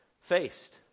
faced